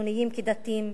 חילונים כדתיים,